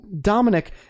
Dominic